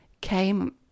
came